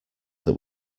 that